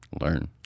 learn